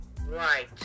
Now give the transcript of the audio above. Right